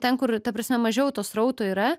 ten kur ta prasme mažiau to srauto yra